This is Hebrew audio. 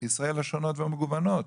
ישראל השונות והמגוונות.